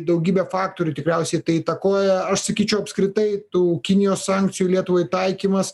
daugybė faktorių tikriausiai tai įtakoja aš sakyčiau apskritai tų kinijos sankcijų lietuvai taikymas